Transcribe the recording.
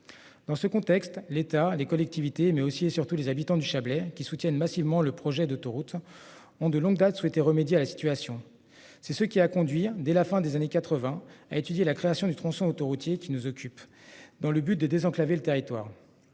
Dans ce contexte, l'État, les collectivités, mais aussi et surtout les habitants du Chablais qui soutiennent massivement le projet d'autoroute. Ont de longue date souhaité remédier à la situation. C'est ce qui a à conduire dès la fin des années 80 à étudier la création du tronçon autoroutier qui nous occupe dans le but de désenclaver le territoire.